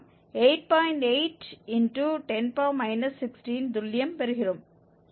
8×10 16 துல்லியம் பெறுகிறோம்